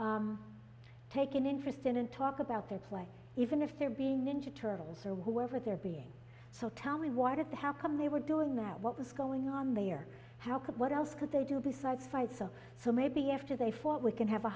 take an interest in and talk about their play even if they're being ninja turtles or whatever they're being so tell me why did how come they were doing that what was going on they are how could what else could they do besides fight so so maybe after they fought we can have a